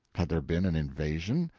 had there been an invasion?